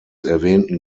erwähnten